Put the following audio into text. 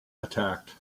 attacked